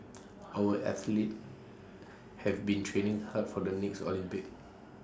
our athletes have been training hard for the next Olympics